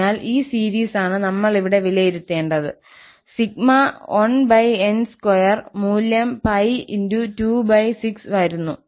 അതിനാൽ ഈ സീരീസാണ് നമ്മൾ ഇവിടെ വിലയിരുത്തേണ്ടത് 1n2 മൂല്യം 𝜋26 വരുന്നു